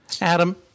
adam